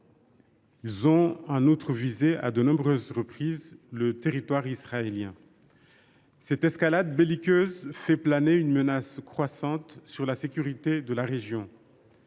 Ils ont, en outre, visé à de nombreuses reprises le territoire israélien. Cette escalade belliqueuse fait planer une menace croissante sur la sécurité de la région.